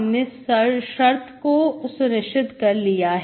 हमने शर्त को सुनिश्चित कर लिया है